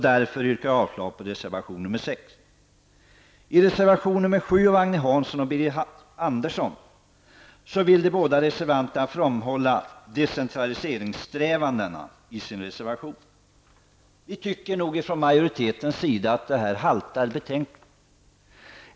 Därför yrkar jag avslag på reservation nr 6. Andersson vill de båda reservanterna framhålla decentraliseringssträvandena i sin reservation. Utskottetsmajoriteten tycker nog att detta haltar betänkligt.